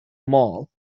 mall